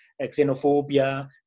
xenophobia